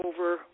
over